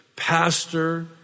Pastor